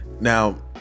now